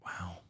Wow